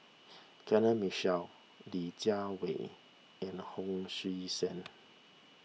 Kenneth Mitchell Li Jiawei and Hon Sui Sen